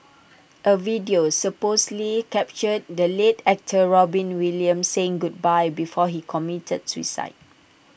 A video supposedly captured the late actor Robin Williams saying goodbye before he committed suicide